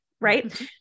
Right